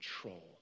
control